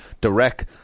direct